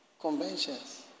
conventions